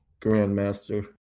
grandmaster